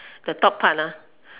the top part